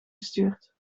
gestuurd